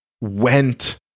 went